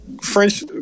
French